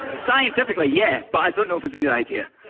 ah scientifically yeah, but i don't know if it's a good idea.